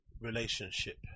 relationship